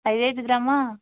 ಐದೈದು ಗ್ರಾಮಾ